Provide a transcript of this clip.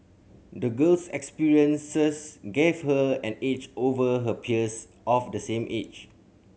the girl's experiences gave her an edge over her peers of the same age